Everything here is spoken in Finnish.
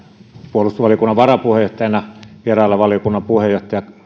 puolustusvaliokunnan varapuheenjohtajana vierailla valiokunnan puheenjohtaja